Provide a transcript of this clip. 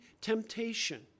temptation